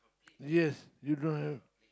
yes you don't have